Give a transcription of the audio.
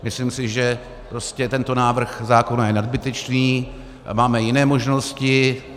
Myslím si, že prostě tento návrh zákona je nadbytečný, máme jiné možnosti.